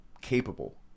capable